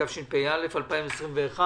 התשפ"א-2021.